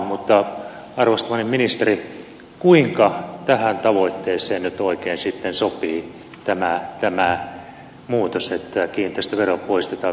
mutta arvostamani ministeri kuinka tähän tavoitteeseen nyt oikein sitten sopii tämä muutos että kiinteistövero poistetaan verotulojen tasausjärjestelmästä